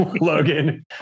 Logan